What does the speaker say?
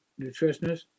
nutritionist